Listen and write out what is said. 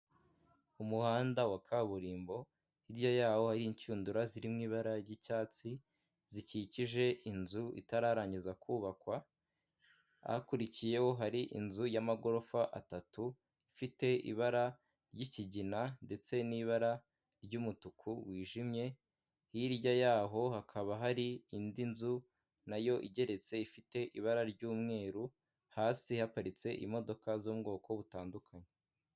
Umuhanda wa kaburimbo, hirya yawo hari inshundura ziri mu ibara ry'icyatsi, zikikije inzu itararangiza kubakwa, ahakurikiyeho hari inzu y'amagorofa atatu ifite ibara ry'ikigina ndetse n'ibara ry'umutuku wijimye, hirya yaho hakaba hari indi nzu na yo igeretse, ifite ibara ry'umweru, hasi haparitse imodoka zo mu bwoko butandukanye.